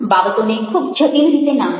બાબતોને ખૂબ જટિલ રીતે ના મૂકો